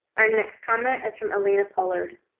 our next comma as from elena pollard.